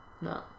no